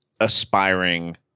aspiring